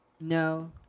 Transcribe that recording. no